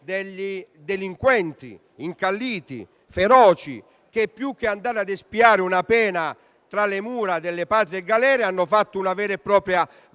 giro delinquenti incalliti e feroci, che più che andare a espiare una pena tra le mura delle patrie galere, hanno fatto una vera e propria